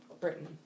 Britain